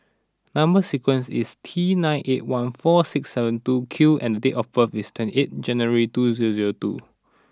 number sequence is T nine eight one four six seven two Q and date of birth is twenty eight January two zero zero eight